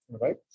Right